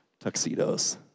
tuxedos